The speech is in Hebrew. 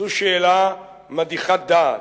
זו שאלה מדיחת-דעת,